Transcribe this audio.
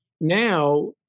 now